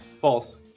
False